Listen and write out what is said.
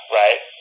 right